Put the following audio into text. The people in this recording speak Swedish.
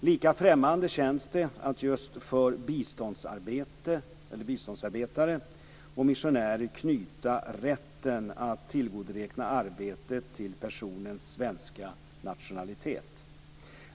Lika främmande känns det att just för biståndsarbetare och missionärer knyta rätten att tillgodoräkna arbetet till personens svenska nationalitet.